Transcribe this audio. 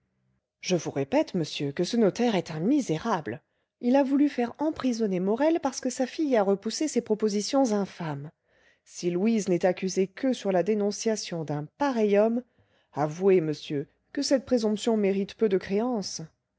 je vous répète monsieur que ce notaire est un misérable il a voulu faire emprisonner morel parce que sa fille a repoussé ses propositions infâmes si louise n'est accusée que sur la dénonciation d'un pareil homme avouez monsieur que cette présomption mérite peu de créance